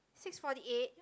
six forty eight